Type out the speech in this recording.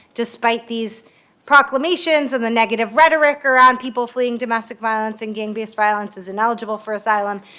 despite these proclamations and the negative rhetoric around people fleeing domestic violence and gang-based violence is ineligible for asylum,